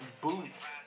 boots